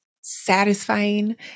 satisfying